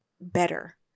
better